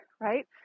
right